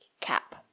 CAP